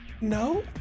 No